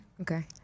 Okay